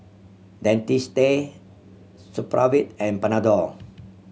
Dentiste Supravit and Panadol